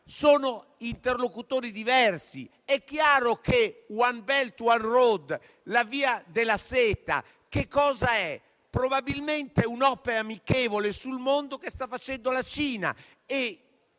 sono interlocutori diversi. Che cos'è *one belt, one road*, la via della seta? Probabilmente un'opera amichevole sul mondo che sta facendo la Cina